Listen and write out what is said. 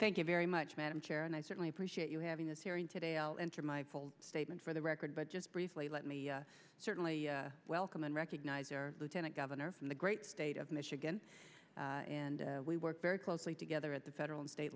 thank you very much madam chair and i certainly appreciate you having this hearing today i'll enter my statement for the record but just briefly let me certainly welcome and recognize their lieutenant governor from the great state of michigan and we work very closely together at the federal and state